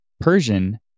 Persian